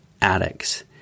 addicts